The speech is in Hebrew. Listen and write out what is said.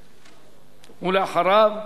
ואחריו,